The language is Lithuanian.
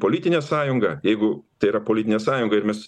politinė sąjunga jeigu tai yra politinė sąjunga ir mes